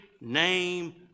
name